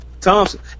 Thompson